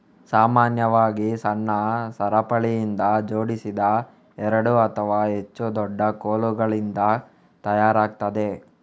ಸಾಮಾನ್ಯವಾಗಿ ಸಣ್ಣ ಸರಪಳಿಯಿಂದ ಜೋಡಿಸಿದ ಎರಡು ಅಥವಾ ಹೆಚ್ಚು ದೊಡ್ಡ ಕೋಲುಗಳಿಂದ ತಯಾರಾಗ್ತದೆ